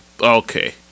Okay